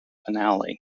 finale